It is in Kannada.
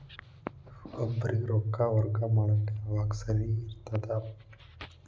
ಒಬ್ಬರಿಗ ರೊಕ್ಕ ವರ್ಗಾ ಮಾಡಾಕ್ ಯಾವಾಗ ಸರಿ ಇರ್ತದ್?